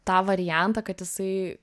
tą variantą kad jisai